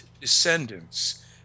descendants